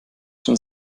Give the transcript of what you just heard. schon